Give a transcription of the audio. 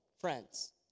friends